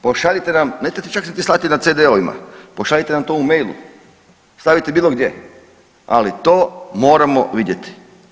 Pošaljite nam, ne trebate čak niti slati na CD-ovima, pošaljite nam to u mailu, stavite bilo gdje, ali to moramo vidjeti.